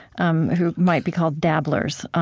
um who might be called dabblers.